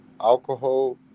alcohol